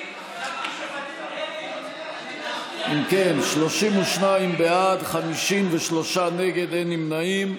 אם כן, 32 בעד, 53 נגד, אין נמנעים.